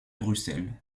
bruxelles